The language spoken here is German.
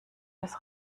des